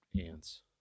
ants